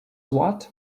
watt